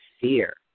fear